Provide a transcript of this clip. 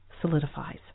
solidifies